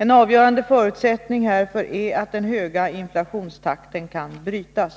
En avgörande förutsättning härför är att den höga inflationstakten kan brytas.